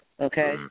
okay